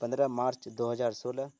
پندرہ مارچ دو ہزار سولہ